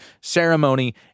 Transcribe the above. ceremony